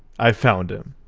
i found him.